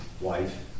wife